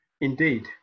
indeed